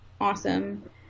awesome